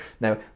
Now